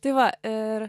tai va ir